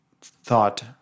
thought